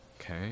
okay